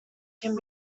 can